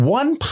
one